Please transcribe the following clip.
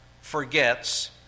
forgets